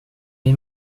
est